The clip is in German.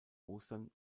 ostern